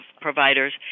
providers